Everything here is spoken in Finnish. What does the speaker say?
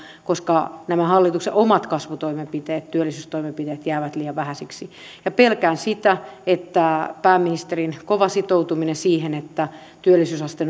koska nämä hallituksen omat kasvutoimenpiteet työllisyystoimenpiteet jäävät liian vähäisiksi pelkään sitä että pääministerin kova sitoutuminen siihen että työllisyysaste